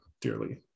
dearly